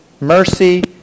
mercy